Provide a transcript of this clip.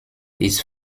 ist